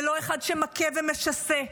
ולא אחד שמכה ומשסה.